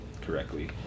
correctly